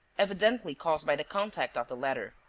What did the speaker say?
evidently caused by the contact of the ladder.